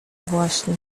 właśnie